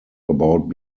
about